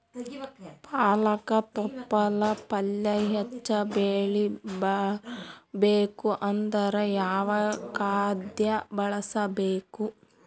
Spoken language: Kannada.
ಪಾಲಕ ತೊಪಲ ಪಲ್ಯ ಹೆಚ್ಚ ಬೆಳಿ ಬರಬೇಕು ಅಂದರ ಯಾವ ಖಾದ್ಯ ಬಳಸಬೇಕು?